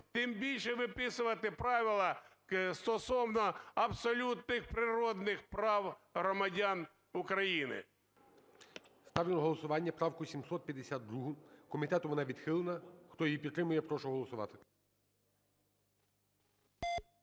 тим більше, виписувати правила стосовно абсолютних природних прав громадян України. ГОЛОВУЮЧИЙ. Ставлю на голосування правку 752-у. Комітетом вона відхилена. Хто її підтримує. Прошу голосувати.